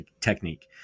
technique